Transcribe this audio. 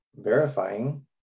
verifying